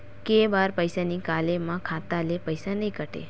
के बार पईसा निकले मा खाता ले पईसा नई काटे?